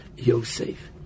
Yosef